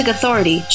Authority